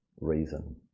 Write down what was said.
reason